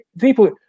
people